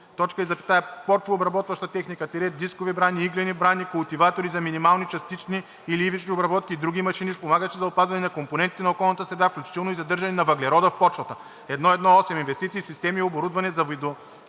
мулчери и други); почвообработваща техника – дискови брани, иглени брани, култиватори за минимални, частични или ивични обработки и други машини, спомагащи за опазване на компонентите на околната среда, включително и задържане на въглерода в почвата. 1.1.8. Инвестиции в системи и оборудване за водовземни